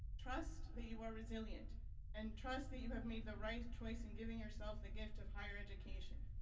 trust that you are resilient and trust that you have made the right choice in giving yourself the gift of higher education.